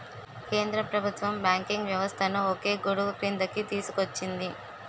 కేంద్ర ప్రభుత్వం బ్యాంకింగ్ వ్యవస్థను ఒకే గొడుగుక్రిందికి తీసుకొచ్చింది